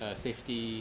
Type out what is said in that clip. uh safety